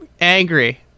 angry